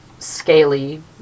scaly